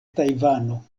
tajvano